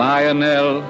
Lionel